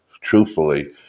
truthfully